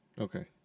Okay